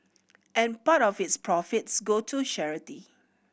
an part of its profits go to charity